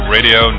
Radio